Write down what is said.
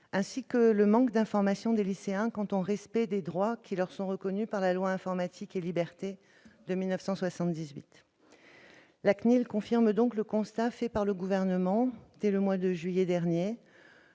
ainsi que le manque d'information des lycéens sur le respect des droits qui leur sont reconnus par la loi Informatique et libertés de 1978. La CNIL confirme donc le constat fait par le Gouvernement dès le mois de juillet dernier